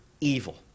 evil